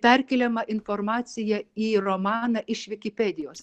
perkeliama informacija į romaną iš vikipedijos